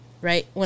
right